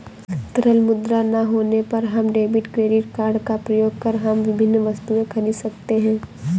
तरल मुद्रा ना होने पर हम डेबिट क्रेडिट कार्ड का प्रयोग कर हम विभिन्न वस्तुएँ खरीद सकते हैं